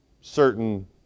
certain